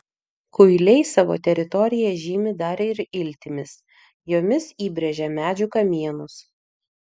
kuiliai savo teritoriją žymi dar ir iltimis jomis įbrėžia medžių kamienus